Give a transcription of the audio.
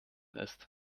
ist